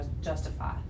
justify